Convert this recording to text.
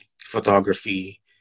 photography